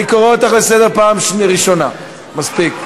מספיק.